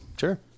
Sure